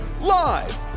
live